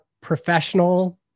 professional